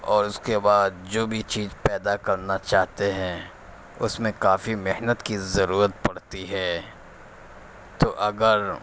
اور اس کے بعد جو بھی چیز پیدا کرنا چاہتے ہیں اس میں کافی محنت کی ضرورت پڑتی ہے تو اگر